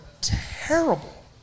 terrible